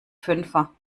fünfer